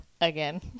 again